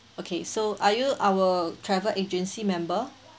okay so are you our travel agency member